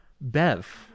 Bev